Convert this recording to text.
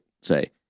say